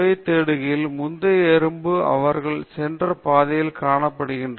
எனவே எறும்புகள் உணவு தேடுகையில் முந்தைய எறும்புகள் அவர்கள் சென்ற பாதையில் காணப்படுகின்றன